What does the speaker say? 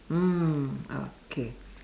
mm okay